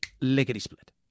lickety-split